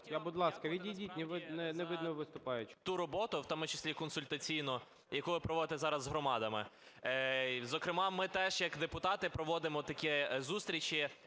будь ласка, відійдіть. Не видно виступаючого.